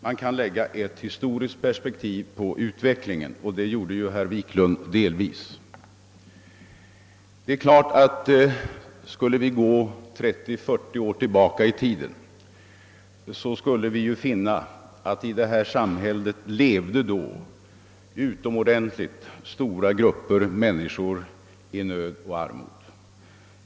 Man kan t.ex. anlägga ett historiskt perspektiv på ut Om vi går 30—40 år tillbaka i tiden skall vi finna att det i vårt land levde utomordentligt stora grupper av människor i nöd och armod.